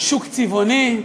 שוק צבעוני,